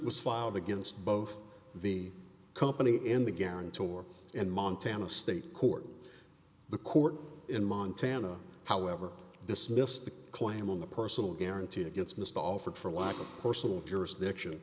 was filed against both the company and the guarantor in montana state court the court in montana however dismissed the claim on the personal guarantee that gets missed offered for lack of personal jurisdiction